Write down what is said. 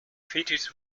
fitted